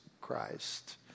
Christ